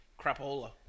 crapola